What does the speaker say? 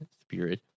spirit